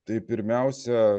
tai pirmiausia